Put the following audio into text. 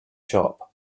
shop